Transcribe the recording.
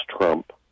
Trump